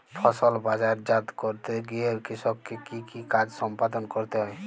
ফসল বাজারজাত করতে গিয়ে কৃষককে কি কি কাজ সম্পাদন করতে হয়?